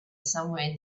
somewhere